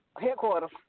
headquarters